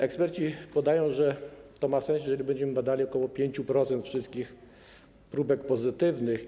Eksperci twierdzą, że to ma sens, jeżeli będziemy badali ok. 5% wszystkich próbek pozytywnych.